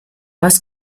was